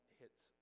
hits